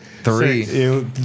Three